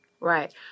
Right